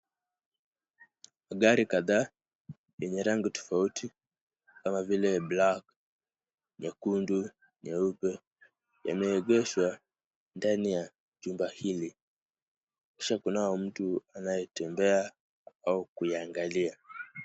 Gari kadhaa yenye rangi tofauti kama vile black , nyekundu, nyeupe yameegeshwa ndani ya jumba hili, kisha kunao mtu anayetembea au kuiangalia.